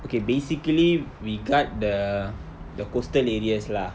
okay basically we guard the the coastal areas lah